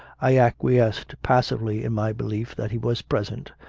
i acquiesced passively in my belief that he was present,